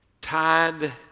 tied